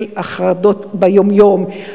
על החרדות ביום-יום,